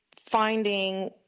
Finding